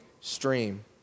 stream